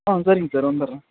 ஆ சரிங்க சார் வந்துடறேன்